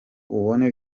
ubone